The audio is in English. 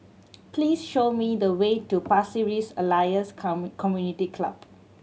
please show me the way to Pasir Ris Elias Community Club